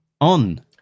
on